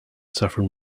saffron